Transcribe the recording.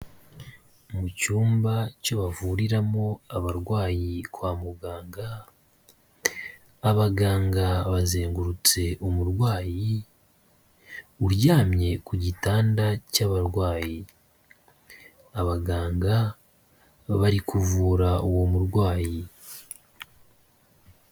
Mu cyumba cyo bavuriramo abarwayi kwa muganga, abaganga bazengurutse umurwayi uryamye ku gitanda cy'abarwayi, abaganga bari kuvura uwo murwayi.